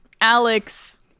alex